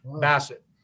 Bassett